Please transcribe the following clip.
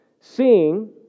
Seeing